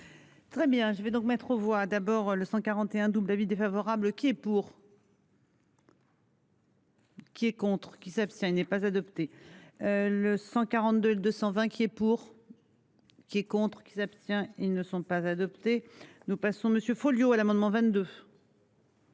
Très bien je vais donc mettre aux voix d'abord le 141 d'avis défavorable qui est pour. Qui est contre qui s'abstient n'est pas adopté. Le 142 220 qui est pour. Qui est contre qui s'abstient. Ils ne sont pas adoptés. Nous passons monsieur Folliot à l'amendement 22.